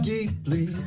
Deeply